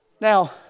Now